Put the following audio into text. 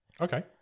Okay